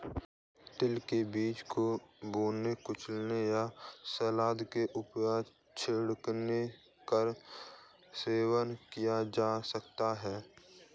तिल के बीज को भुना, कुचला या सलाद के ऊपर छिड़क कर सेवन किया जा सकता है